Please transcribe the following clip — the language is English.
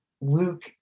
luke